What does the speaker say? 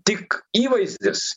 tik įvaizdis